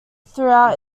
throughout